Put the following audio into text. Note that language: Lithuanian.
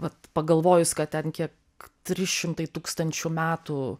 vat pagalvojus kad ten kiek trys šimtai tūkstančių metų